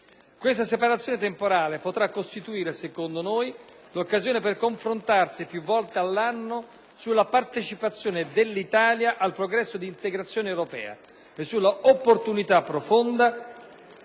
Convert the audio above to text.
Questa separazione temporale potrà costituire, secondo noi, l'occasione per confrontarsi più volte all'anno sulla partecipazione dell'Italia al processo di integrazione europea e sulla opportunità profonda